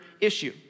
issue